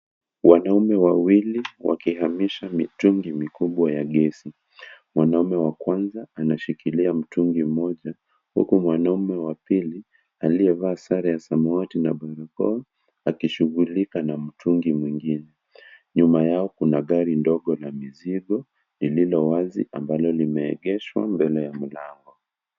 Wanaume wawili wakihamisha mitungi mikubwa ya gesi mwanaume wa kwanza anashikilia mtungi mmoja huku mwanaume wa pili aliyevaa sare ya samawati na bluu akishughulika na mutungi mwingine nyuma yao kuna gari ndogo na mizigo lililo wazi ambalo limeegeshwa mbele ya mlango.